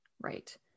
Right